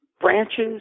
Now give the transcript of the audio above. branches